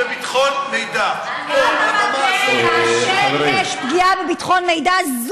על הבמה הזאת פגע בביטחון מידע.